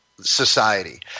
society